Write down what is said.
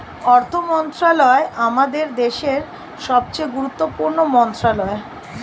অর্থ মন্ত্রণালয় আমাদের দেশের সবচেয়ে গুরুত্বপূর্ণ মন্ত্রণালয়